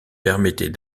permettait